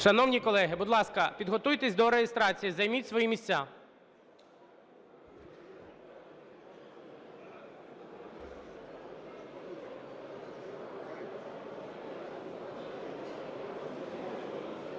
Шановні колеги, будь ласка, підготуйтесь до реєстрації. Займіть свої місця.